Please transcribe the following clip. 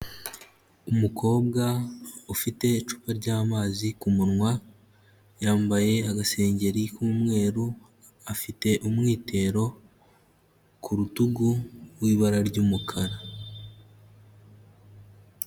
Umukobwa ufite icupa ry'amazi kumunwa, yambaye agasengeri k'umweru, afite umwitero ku rutugu w'ibara ry'umukara.